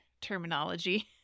terminology